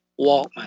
Walkman